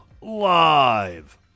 Live